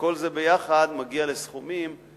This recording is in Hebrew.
וכל זה יחד מגיע לסכומים,